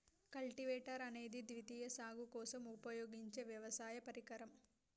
cultivator అనేది ద్వితీయ సాగు కోసం ఉపయోగించే వ్యవసాయ పరికరం